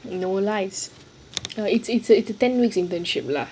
in our lives you know it's it's it's a ten weeks internship lah